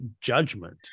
judgment